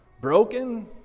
broken